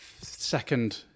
second